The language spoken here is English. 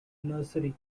nursery